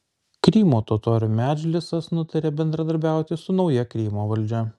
krymo totorių medžlisas nutarė bendradarbiauti su nauja krymo valdžia